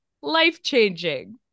life-changing